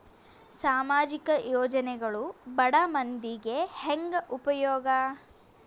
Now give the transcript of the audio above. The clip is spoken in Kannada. ಸಾಮಾಜಿಕ ಯೋಜನೆಗಳು ಬಡ ಮಂದಿಗೆ ಹೆಂಗ್ ಉಪಯೋಗ?